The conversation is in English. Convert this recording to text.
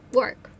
work